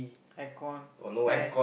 aircon fan